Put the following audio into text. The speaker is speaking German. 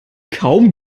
kaum